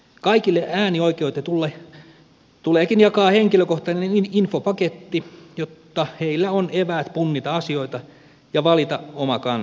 kaikille äänioikeutetuille tuleekin jakaa henkilökohtainen infopaketti jotta heillä on eväät punnita asioita ja valita oma kantansa